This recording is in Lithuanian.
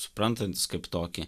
suprantantis kaip tokį